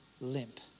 limp